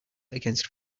against